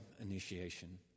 initiation